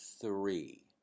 three